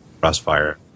Crossfire